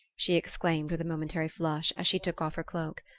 she exclaimed with a momentary flush, as she took off her cloak.